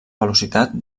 velocitat